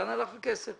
לאן הלך הכסף.